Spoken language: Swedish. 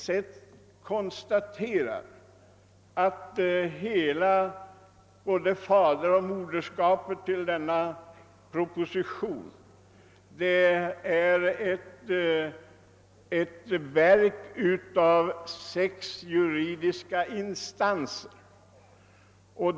Han konstaterade alldeles riktigt att detta är ett verk av sex juridiska instanser.